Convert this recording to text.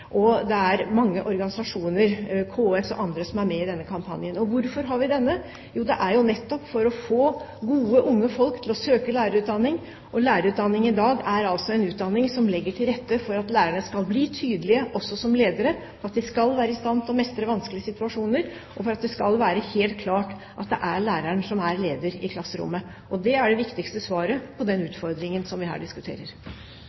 mange organisasjoner – KS og andre – som er med i denne kampanjen. Hvorfor har vi denne? Jo, det er nettopp for å få gode, unge folk til å søke lærerutdanning. Lærerutdanningen i dag er en utdanning der en legger til rette for at lærerne skal bli tydelige også som ledere, at de skal være i stand til å mestre vanskelige situasjoner, og slik at det skal være helt klart at det er læreren som er leder i klasserommet. Dette er det viktigste svaret på den